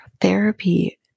therapy